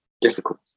difficult